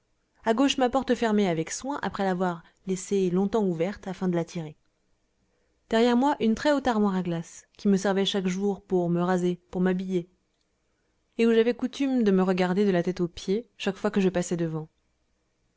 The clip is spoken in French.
à gauche ma porte fermée avec soin après l'avoir laissée longtemps ouverte afin de l'attirer derrière moi une très haute armoire à glace qui me servait chaque jour pour me raser pour m'habiller et où j'avais coutume de me regarder de la tête aux pieds chaque fois que je passais devant